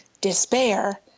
despair